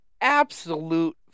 absolute